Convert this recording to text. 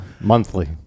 Monthly